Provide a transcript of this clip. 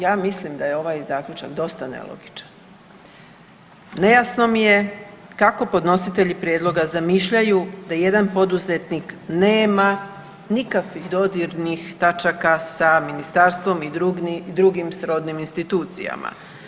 Ja mislim da je ovaj zaključak dosta nelogičan, nejasno mi je kako podnositelji prijedloga zamišljaju da jedan poduzetnik nema nikakvih dodirnih tačaka sa ministarstvom i drugim srodnim institucijama.